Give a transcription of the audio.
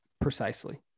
precisely